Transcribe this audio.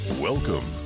Welcome